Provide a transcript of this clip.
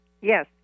Yes